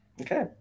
Okay